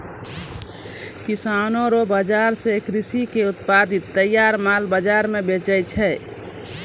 किसानो रो बाजार से कृषि से उत्पादित तैयार माल बाजार मे बेचै छै